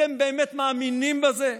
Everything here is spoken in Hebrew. אתם באמת מאמינים בזה?